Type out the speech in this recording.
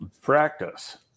practice